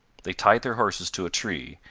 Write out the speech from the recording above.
they tied their horses to a tree,